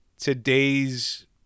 today's